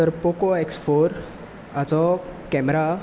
तर Poco X four हाचो camera